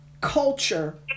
culture